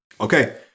Okay